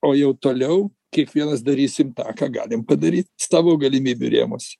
o jau toliau kiekvienas darysim tą ką galim padaryt savo galimybių rėmuose